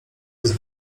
jest